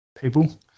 people